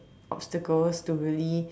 obstacles to really